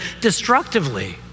destructively